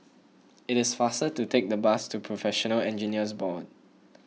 it is faster to take the bus to Professional Engineers Board